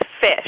fish